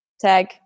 tag